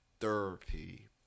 therapy